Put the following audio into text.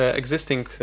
existing